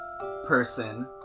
person